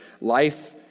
life